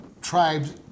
tribes